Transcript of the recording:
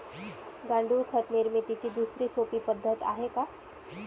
गांडूळ खत निर्मितीची दुसरी सोपी पद्धत आहे का?